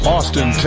Austin